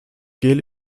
gel